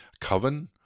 Coven